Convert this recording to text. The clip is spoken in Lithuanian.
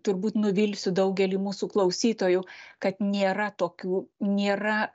turbūt nuvilsiu daugelį mūsų klausytojų kad nėra tokių nėra